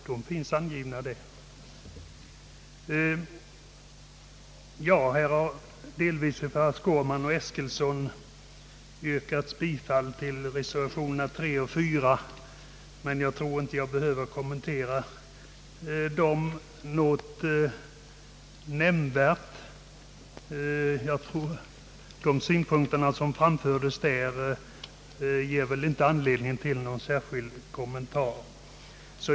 Här har av herrar Skårman och Eskilsson yrkats bifall till reservationerna 3 och 4, men jag tror inte att de synpunkter som framfördes där behöver ge anledning till någon särskild kommentar.